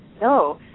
no